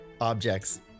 objects